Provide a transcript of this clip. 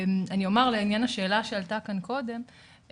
אני אומר לעניין השאלה שעלתה כאן קודם,